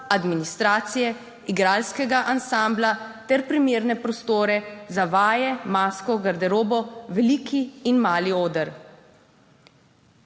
administracije, igralskega ansambla ter primerne prostore za vaje, masko, garderobo, veliki in mali oder.